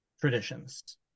traditions